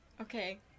Okay